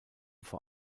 vor